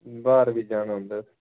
ਬਾਹਰ ਵੀ ਜਾਣਾ ਹੁੰਦਾ